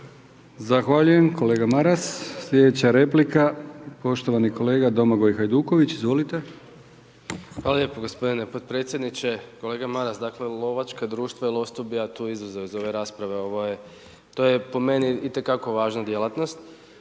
Zahvaljujem kolega Maras. Slijedeća replika poštovani kolega Domagoj Hajduković. Izvolite. **Hajduković, Domagoj (SDP)** Hvala lijepo gospodine potpredsjedniče. Kolega Maras dakle, lovačka društva ili … iz ove rasprave ovo je po meni i te kako važna djelatnost.